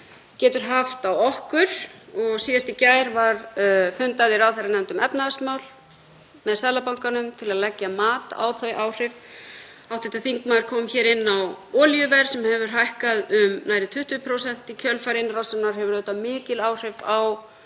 getur haft á okkur. Síðast í gær var fundað í ráðherranefnd um efnahagsmál með Seðlabankanum til að leggja mat á þau áhrif. Hv. þingmaður kom inn á olíuverð sem hefur hækkað um nærri 20% í kjölfar innrásarinnar. Það hefur auðvitað mikil áhrif á